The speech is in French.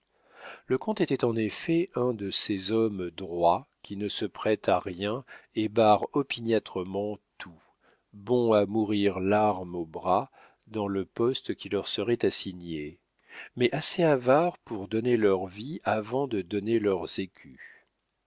le comte était en effet un de ces hommes droits qui ne se prêtent à rien et barrent opiniâtrement tout bons à mourir l'arme au bras dans le poste qui leur serait assigné mais assez avares pour donner leur vie avant de donner leurs écus